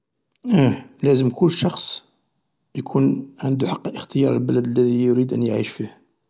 ايه لازم كل شخص يكون عندو حق اختيار البلد الذي يريد ان يعيش فيه.